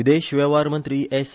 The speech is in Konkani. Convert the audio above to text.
विदेश वेव्हार मंत्री एस